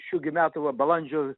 šių gi metų va balandžio